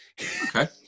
Okay